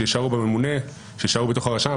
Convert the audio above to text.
שיישארו בממונה או ברשם.